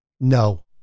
No